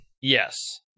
Yes